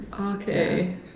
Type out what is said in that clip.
Okay